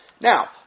Now